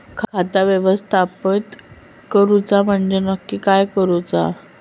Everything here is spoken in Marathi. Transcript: खाता व्यवस्थापित करूचा म्हणजे नक्की काय करूचा?